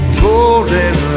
golden